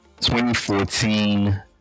2014